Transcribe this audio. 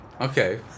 okay